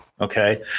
okay